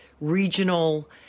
regional